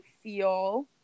feel –